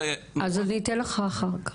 אז אני אתן לך אחר כך.